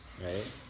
right